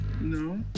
no